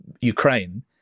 Ukraine